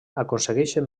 aconsegueixen